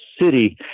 city